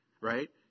right